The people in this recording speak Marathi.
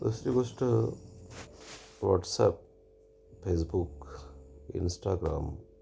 दुसरी गोष्ट व्हॉट्सअप फेसबुक इंस्टाग्राम